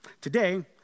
Today